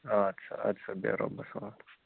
آد سا اَدٕ سا بیٚہہ رۄبَس حَوالہٕ